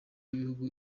y’ibihugu